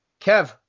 Kev